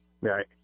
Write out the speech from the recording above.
Right